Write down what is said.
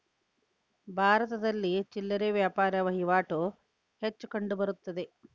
ಭಾರತದಲ್ಲಿ ಚಿಲ್ಲರೆ ವ್ಯಾಪಾರ ವಹಿವಾಟು ಹೆಚ್ಚು ಕಂಡುಬರುತ್ತದೆ